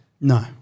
No